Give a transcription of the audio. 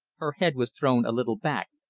her head was thrown a little back,